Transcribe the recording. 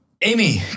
Amy